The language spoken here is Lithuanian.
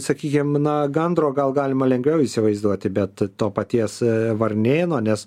sakykim na gandro gal galima lengviau įsivaizduoti bet to paties varnėno nes